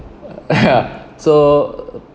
ya so